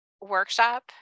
workshop